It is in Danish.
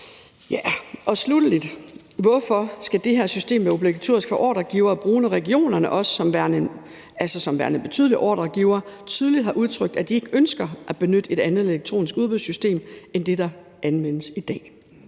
jeg spørge: Hvorfor skal det her system være obligatorisk for ordregivere at bruge, når regionerne som værende betydelige ordregivere tydeligt har udtrykt, at de ikke ønsker at benytte et andet elektronisk udbudssystem end det, der anvendes i dag?